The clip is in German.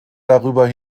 darüber